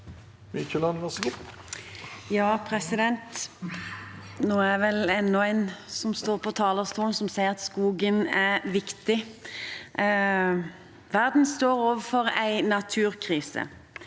Nå er jeg vel enda en som står på talerstolen og sier at skogen er viktig. Verden står overfor en naturkrise.